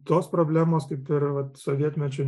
tos problemos kaip ir vat sovietmečiu